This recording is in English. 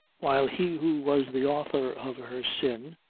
while he who was the author of her sin,